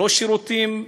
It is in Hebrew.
לא שירותים מינימליים.